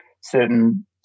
certain